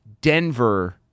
Denver